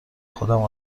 خودم